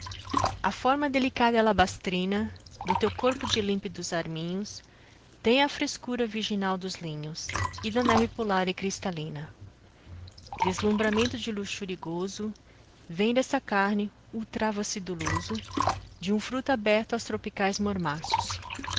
a forma delicada e alabastrina do teu corpo de límpidos arminhos tem a frescura virginal dos linhos e da neve polar e cristalina deslumbramento de luxúria e gozo vem dessa carne o travo aciduloso de um fruto aberto aos tropicais mormaços